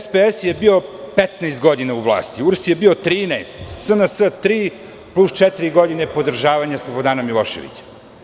SPS je bio 15 godina u vlasti, URS je bio 13, SNS tri plus četiri godine podržavanja Slobodana Miloševića.